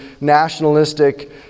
nationalistic